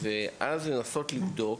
ואז לנסות לבדוק